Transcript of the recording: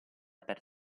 per